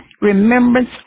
remembrance